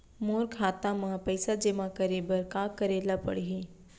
मोर खाता म पइसा जेमा करे बर का करे ल पड़ही?